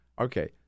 Okay